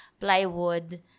plywood